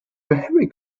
very